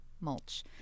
mulch